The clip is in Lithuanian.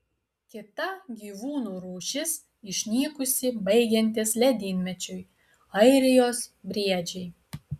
kita gyvūnų rūšis išnykusi baigiantis ledynmečiui airijos briedžiai